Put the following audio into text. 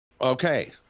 Okay